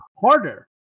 harder